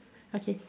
okay